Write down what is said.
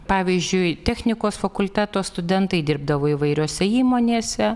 pavyzdžiui technikos fakulteto studentai dirbdavo įvairiose įmonėse